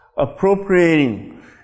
appropriating